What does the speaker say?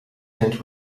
cents